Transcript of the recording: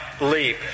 leap